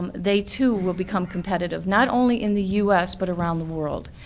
um they, too, will become competitive. not only in the u s, but around the world.